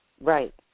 Right